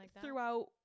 throughout